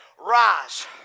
rise